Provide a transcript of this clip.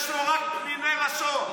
יש לו רק פניני לשון.